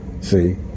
See